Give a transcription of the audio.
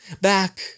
back